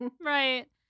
Right